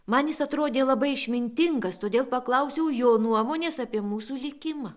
man jis atrodė labai išmintingas todėl paklausiau jo nuomonės apie mūsų likimą